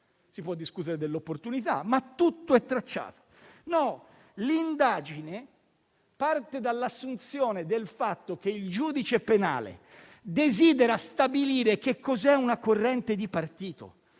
Si può discutere delle opportunità, ma tutto è tracciato. No: l'indagine parte dall'assunzione del fatto che il giudice penale desidera stabilire che cos'è una corrente di partito,